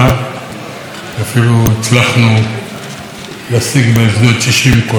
ואפילו הצלחנו להשיג באשדוד 60 קולות לאורי אבנרי.